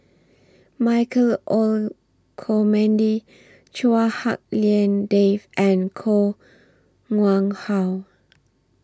Michael Olcomendy Chua Hak Lien Dave and Koh Nguang How